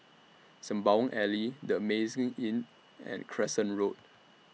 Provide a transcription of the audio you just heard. Sembawang Alley The Amazing Inn and Crescent Road